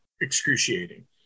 excruciating